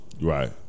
Right